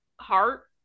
heart